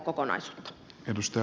arvoisa puhemies